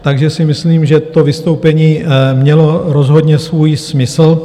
Takže si myslím, že to vystoupení mělo rozhodně svůj smysl.